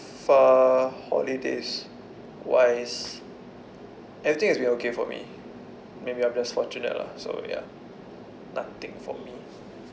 far holidays wise everything has been okay for me maybe I'm just fortunate lah so ya nothing for me